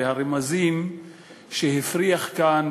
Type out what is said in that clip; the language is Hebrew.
והרמזים שהפריח כאן,